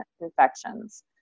infections